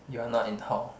you are not in hall